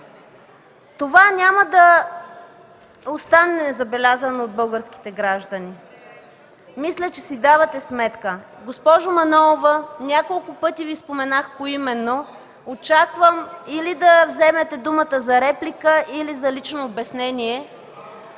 Това няма да остане незабелязано от българските граждани. Мисля, че си давате сметка. Госпожо Манолова, няколко пъти Ви споменах поименно. Очаквам или да вземете думата за реплика, или за лично обяснение,